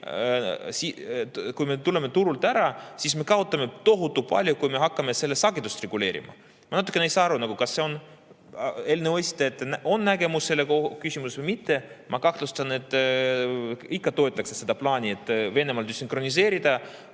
Kui me tuleme turult ära, siis me kaotame tohutu palju, kui me hakkame sagedust reguleerima. Ma ei saa aru, kas eelnõu esitajatel on nägemus selles küsimuses või mitte. Ma kahtlustan, et ikka toetatakse seda plaani, et Venemaast desünkroniseerida,